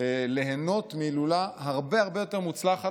ליהנות מהילולה הרבה הרבה יותר מוצלחת